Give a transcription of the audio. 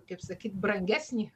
kaip sakyt brangesnį